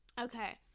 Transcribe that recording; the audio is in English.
okay